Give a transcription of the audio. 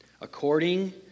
According